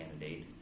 candidate